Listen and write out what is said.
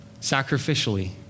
sacrificially